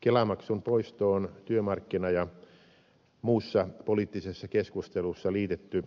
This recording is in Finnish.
kelamaksun poisto on työmarkkina ja muussa poliittisessa keskustelussa liitetty